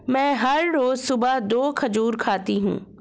मैं हर रोज सुबह दो खजूर खाती हूँ